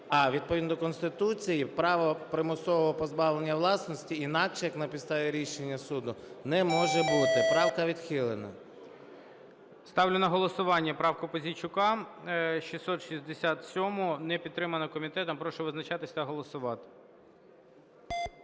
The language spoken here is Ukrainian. а відповідно до Конституції право примусового позбавлення власності інакше як на підставі рішення суду не може бути. Правка відхилена. ГОЛОВУЮЧИЙ. Ставлю на голосування правку Пузійчука 667-у, не підтриману комітетом. Прошу визначатись та голосувати.